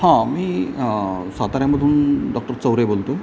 हां मी साताऱ्यामधून डॉक्टर चौरे बोलतोय